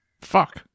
Fuck